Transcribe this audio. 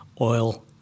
oil